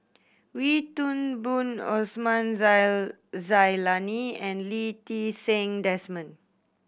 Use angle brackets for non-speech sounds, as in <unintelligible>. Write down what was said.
Wee Toon Boon Osman <unintelligible> Zailani and Lee Ti Seng Desmond